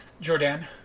Jordan